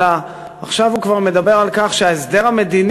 אלא עכשיו הוא כבר מדבר על כך שההסדר המדיני,